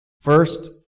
First